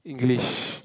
English